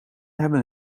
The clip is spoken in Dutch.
hebben